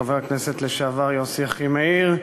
חבר הכנסת לשעבר יוסי אחימאיר,